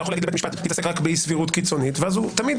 אתה יכול להגיד' לבית משפט תתעסק רק באי סבירות קיצונית ואז תמיד,